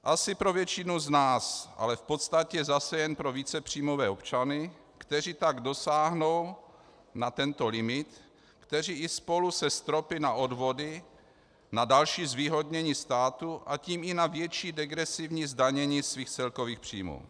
Asi pro většinu z nás, ale v podstatě zase jen pro vícepříjmové občany, kteří tak dosáhnou na tento limit, kteří i spolu se stropy na odvody, na další zvýhodnění státu, a tím i na větší degresivní zdanění svých celkových příjmů.